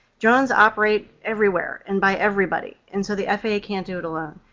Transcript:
drones operate everywhere and by everybody, and so the faa can't do it alone,